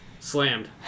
Slammed